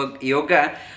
yoga